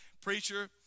Preacher